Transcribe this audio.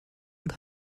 und